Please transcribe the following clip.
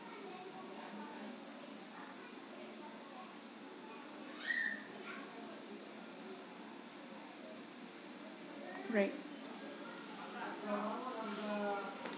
right